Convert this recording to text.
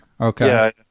Okay